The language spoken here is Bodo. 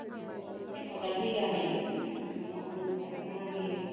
इदिनो हेफाजाब होयो आरो इबो बुहुद माबाखौनो गायफाना होयो